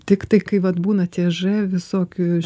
tiktai kai vat būna tie ž visokių